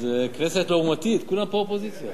זו כנסת לעומתית, כולם פה אופוזיציה.